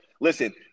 listen